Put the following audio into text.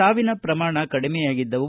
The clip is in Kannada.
ಸಾವಿನ ಪ್ರಮಾಣ ಕಡಿಮೆಯಾಗಿದ್ದವು